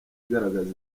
igaragaza